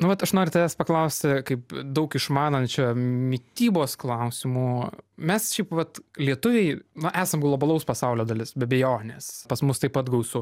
nu vat aš noriu tavęs paklausti kaip daug išmanančio mitybos klausimu mes šiaip vat lietuviai na esam globalaus pasaulio dalis be abejonės pas mus taip pat gausu